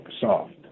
soft